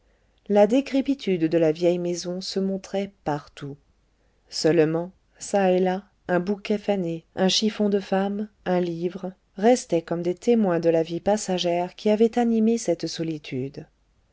la décrépitude de la vieille maison se montrait partout seulement ça et là un bouquet fané un chiffon de femme un livre restaient comme des témoins de la vie passagère qui avait animé cette solitude